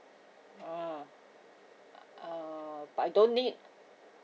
oh uh but I don't need